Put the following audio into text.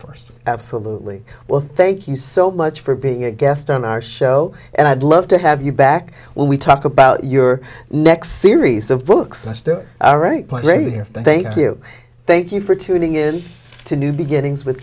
first absolutely well thank you so much for being a guest on our show and i'd love to have you back when we talk about your next series of books i still all right point ready to hear thank you thank you for tuning in to new beginnings with